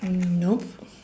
nope